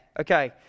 Okay